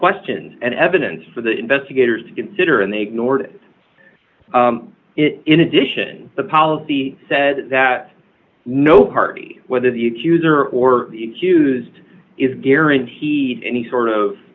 questions and evidence for the investigators to consider and they ignored it in addition the policy said that no party whether the accuser or excused is guaranteed any sort of